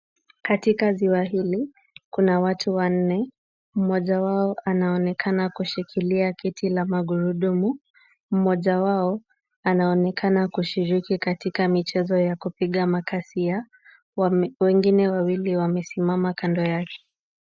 Katika ziwa hili, kuna watu wanne. Mmoja wao anaonekana kushikilia kiti la magurudumu. Mmoja wao anaonekana kushiriki katika michezo ya kupiga makasia. Wengine wawili wamesimama kando yake.